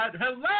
Hello